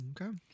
Okay